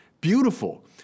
Beautiful